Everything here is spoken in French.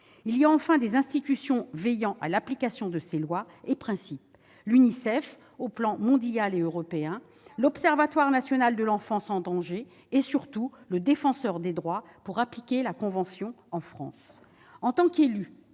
Il y a enfin des institutions veillant à l'application de ces lois et principes : l'Unicef aux plans mondial et européen, l'Observatoire national de l'enfance en danger et, surtout, le Défenseur des droits pour appliquer la convention en France.